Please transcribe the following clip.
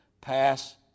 pass